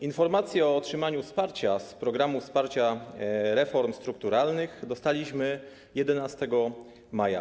Informację o otrzymaniu wsparcia z programu wsparcia reform strukturalnych dostaliśmy 11 maja.